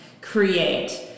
create